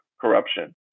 corruption